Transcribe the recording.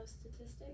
Statistics